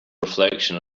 reflection